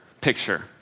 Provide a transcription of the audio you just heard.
picture